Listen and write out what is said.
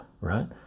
right